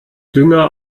dünger